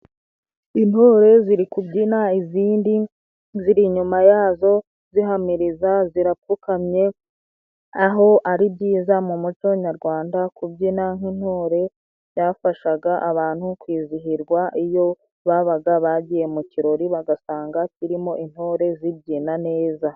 Intore ziri kubyina, izindi ziri inyuma yazo zihamiriza, zirapfukamye, aho ari byiza mu muco nyarwanda, kubyina nk'intore byafashaga abantu kwizihirwa, iyo babaga bagiye mu kirori bagasanga kirimo intore zibyina neza.